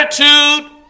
attitude